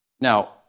Now